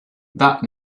that